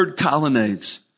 colonnades